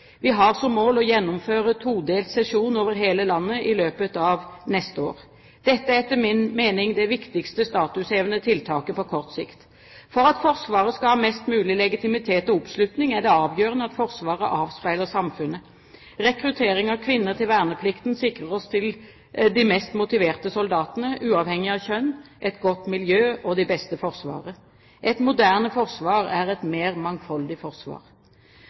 Vi har som mål å gjennomføre todelt sesjon over hele landet i løpet av neste år. Dette er, etter min mening, det viktigste statushevende tiltaket på kort sikt. For at Forsvaret skal ha mest mulig legitimitet og oppslutning, er det avgjørende at Forsvaret avspeiler samfunnet. Rekruttering av kvinner til verneplikten sikrer oss de mest motiverte soldatene uavhengig av kjønn, et godt miljø og det beste forsvaret. Et moderne forsvar er et mer mangfoldig forsvar.